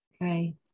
Okay